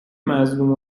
مظلوم